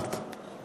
אמפרט".